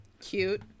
Cute